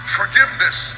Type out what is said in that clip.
forgiveness